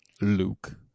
Luke